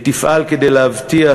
היא תפעל כדי להבטיח,